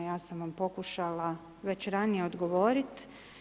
Ja sam vam pokušala već ranije odgovoriti.